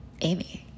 Amy